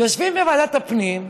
יושבים בוועדת הפנים,